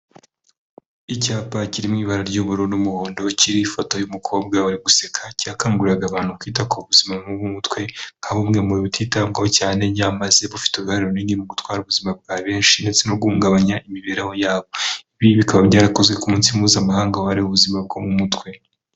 Icyapa kirimo ibara ry'ubururu n'umuhondo kiriho ifoto y'umukobwa uri guseka cyakanguriraga abantu kwita ku buzima bwo mu mutwe nka bimwe mu bititabwaho cyane, nyamaze bufite uruhare runini mu gutwara ubuzima bwa benshi ndetse no guhungabanya imibereho yabo, ibi bikaba byarakozwe ku munsi mpuzamahanga wahariwe ubuzima bwo mu mutwe.